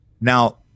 Now